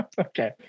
Okay